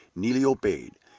neelie obeyed.